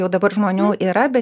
jau dabar žmonių yra bet